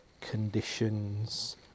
conditions